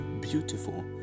beautiful